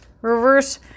reverse